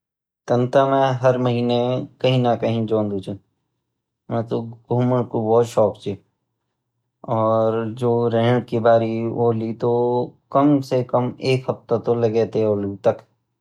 तंत ते मेँ हर महीने कही ना कही जांदू च मैँ ते घूमने का बहुत शौक च और जो रहन की बारी औली तो कम से कम एक हफ्ते ते लगते औलु तक